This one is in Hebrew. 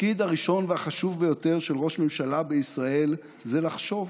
התפקיד הראשון והחשוב ביותר של ראש ממשלה בישראל זה לחשוב.